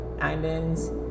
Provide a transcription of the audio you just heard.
Islands